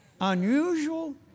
unusual